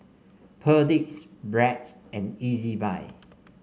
Perdix Bragg and Ezbuy